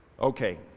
Okay